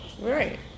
Right